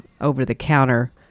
over-the-counter